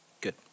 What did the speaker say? Good